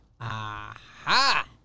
Aha